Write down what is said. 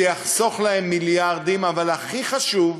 זה יחסוך להם מיליארדים, אבל הכי חשוב,